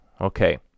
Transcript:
Okay